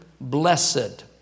blessed